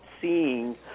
seeing